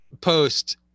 post